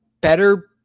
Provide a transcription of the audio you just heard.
better